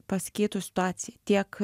pasikeitus situacija tiek